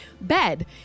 bed